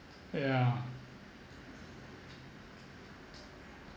yeah